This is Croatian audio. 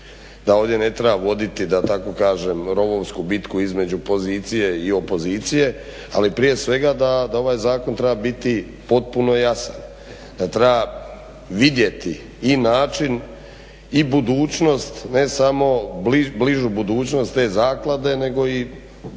da ovdje ne treba voditi da tako kažem rovovsku bitku između pozicije i opozicije, ali prije svega da ovaj zakon treba biti potpuno jasan. Da treba vidjeti i način i budućnost ne samo bližu budućnost te zaklade nego i puno